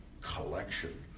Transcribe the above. collection